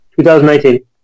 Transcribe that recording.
2019